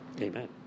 Amen